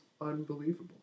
Unbelievable